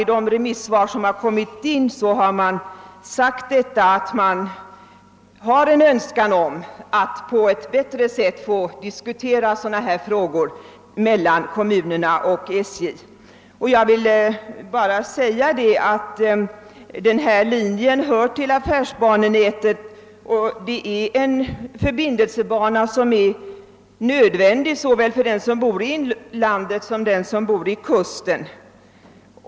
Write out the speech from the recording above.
I de remissvar som inkommit har också framhållits önskemål om att sådana här frågor på ett bättre sätt blir föremål för diskussioner mellan kommunerna och SJ. Jag vill ytterligare framhålla att den aktuella linjen hör till affärsbanenätet och utgör en förbindelsebana som är nödvändig såväl för dem som bor i inlandet som för dem som bor vid kusten.